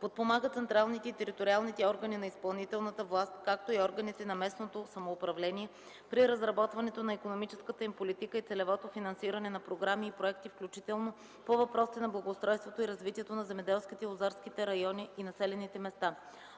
подпомага централните и териториалните органи на изпълнителната власт, както и органите на местното самоуправление при разработването на икономическата им политика и целевото финансиране на програми и проекти, включително по въпросите на благоустройството и развитието на земеделските и лозарските райони и населените места;